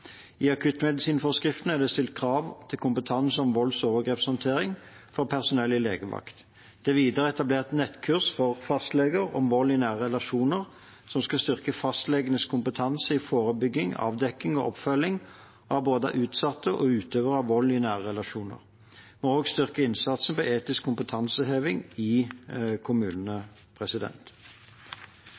I akuttmedisinforskriften er det stilt krav til kompetanse om volds- og overgrepshåndtering for personell i legevakt. Det er videre etablert nettkurs for fastleger om vold i nære relasjoner, som skal styrke fastlegenes kompetanse innenfor forebygging, avdekking og oppfølging av både utsatte for og utøvere av vold i nære relasjoner. Vi har også styrket innsatsen på etisk kompetanseheving i kommunene.